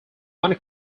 one